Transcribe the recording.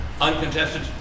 uncontested